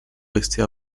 rester